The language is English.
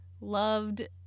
loved